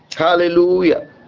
Hallelujah